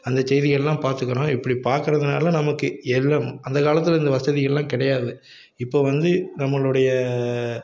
அந்த செய்திகல்லாம் பார்த்துக்கறோம் இப்படி பார்க்குறதுனால நமக்கு எல்லாம் அந்த காலத்தில் இந்த வசதிகள்லாம் கிடையாது இப்போ வந்து நம்மளுடைய